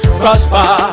prosper